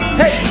hey